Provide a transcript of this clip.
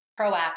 proactive